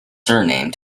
surname